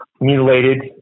mutilated